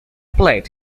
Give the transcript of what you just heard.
plate